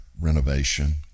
renovation